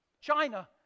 China